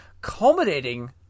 culminating